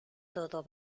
todo